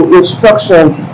instructions